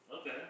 Okay